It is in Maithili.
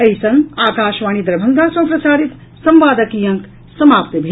एहि संग आकाशवाणी दरभंगा सँ प्रसारित संवादक ई अंक समाप्त भेल